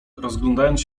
rozglądając